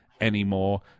anymore